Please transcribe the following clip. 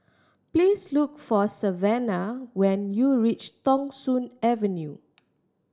please look for Savanna when you reach Thong Soon Avenue